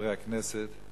חברי הכנסת,